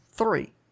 Three